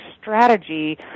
strategy